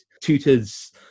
tutors